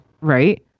Right